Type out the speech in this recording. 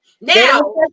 now